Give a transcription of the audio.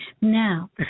Now